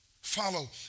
Follow